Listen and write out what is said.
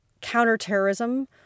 counterterrorism